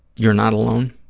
you're not alone,